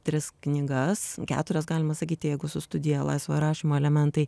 tris knygas keturias galima sakyti jeigu studija laisva rašymo elementai